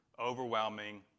overwhelming